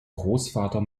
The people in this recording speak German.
großvater